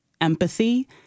empathy